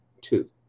two